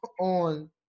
on